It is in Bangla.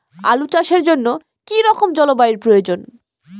আলু চাষের জন্য কি রকম জলবায়ুর প্রয়োজন?